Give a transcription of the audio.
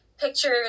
picture